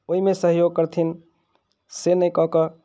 ओहिमे सहयोग करथिन से नहि कऽ के